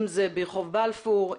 אם זה ברחוב בלפור,